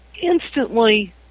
instantly